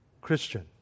Christian